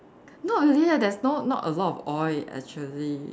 not really leh there's no not a lot of oil actually